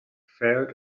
felt